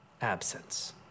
absence